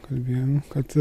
kalbėjom kad